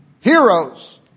Heroes